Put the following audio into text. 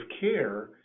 care